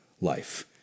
life